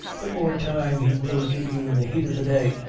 the more time he will give you in the heat of the day,